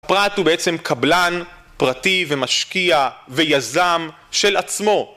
הפרט הוא בעצם קבלן פרטי ומשקיע ויזם של עצמו